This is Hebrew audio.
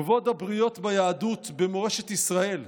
כבוד הבריות ביהדות, במורשת ישראל,